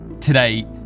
Today